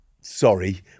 sorry